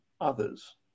others